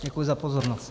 Děkuji za pozornost.